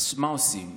מה עושים?